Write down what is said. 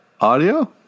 Audio